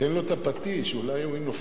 תן לו את הפטיש, אז אולי הוא ינופף.